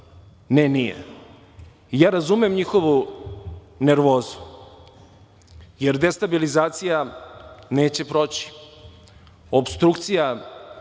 Ne, nije. Ja razumem njihovu nervozu, jer destabilizacija neće proći. Opstrukcija